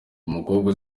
umukobwa